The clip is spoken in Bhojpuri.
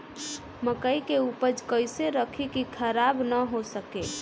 मकई के उपज कइसे रखी की खराब न हो सके?